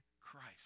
Christ